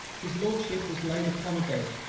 his lordship was laid upon a bed,